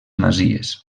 masies